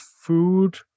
food